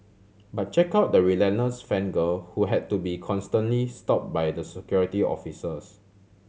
but check out the relentless fan girl who had to be constantly stopped by the Security Officers